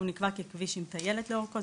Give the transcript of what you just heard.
הוא נקבע ככביש עם טיילת לאורכו.